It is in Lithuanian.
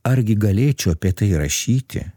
argi galėčiau apie tai rašyti